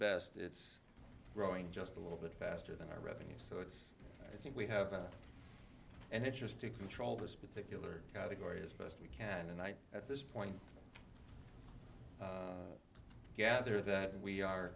best it's growing just a little bit faster than our revenue so it's i think we have fun and interesting to control this particular category as best we can and i at this point gather that we are